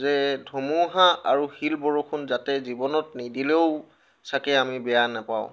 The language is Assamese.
যে ধুমুহা আৰু শিল বৰষুণ যাতে জীৱনত নিদিলেও ছাগৈ আমি বেয়া নাপাওঁ